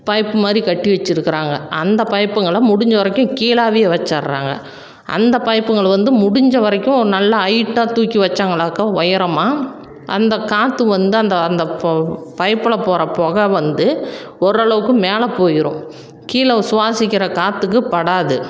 பைப்மாதிரி கட்டி வச்சுருக்குறாங்க அந்த பைப்புங்களை முடிஞ்ச வரைக்கும் கீழாவியாக வச்சர்றாங்க அந்த பைப்புங்கள் வந்து முடிஞ்ச வரைக்கும் நல்லா ஹைட்டாக தூக்கி வச்சாங்கனாக்கா உயரமா அந்த காற்று வந்து அந்த அந்த பு பைப்பில் போகற புக வந்து ஓரளவுக்கு மேலே போயிரும் கீழே சுவாசிக்கிற காற்றுக்கு படாது